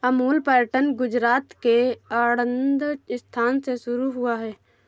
Amul pattern Gujarat के आणंद स्थान से शुरू हुआ है